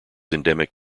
endemic